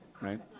Right